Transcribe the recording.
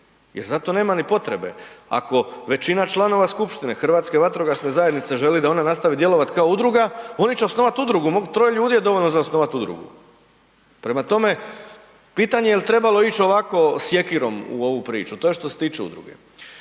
jer zato nema ni potrebe. Ako većina članova skupštine Hrvatske vatrogasne zajednice želi da ona nastavi djelovati kao udruga, oni će osnovati udrugu, troje ljudi je dovoljno za osnovat udrugu. Prema tome, pitanje je jel trebalo ići ovako sjekirom u ovu priču, to je što se tiče udruge.